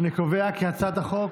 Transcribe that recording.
אני קובע כי הצעת החוק